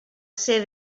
ser